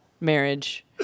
marriage